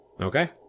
okay